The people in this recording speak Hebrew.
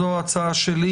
זאת ההצעה שלי.